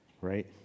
Right